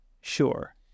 sure